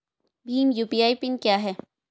Bhim UPI PIN क्या है?